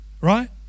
right